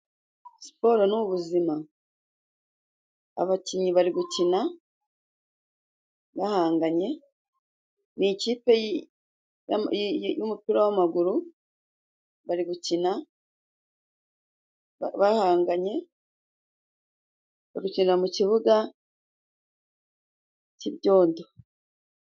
Siporo ni ubuzima, abakinnyi bari gukina bahanganye. Ni ikipe y'umupira w'amaguru bari gukina bahanganye, bari gukinira mu kibuga cy'ibyondo.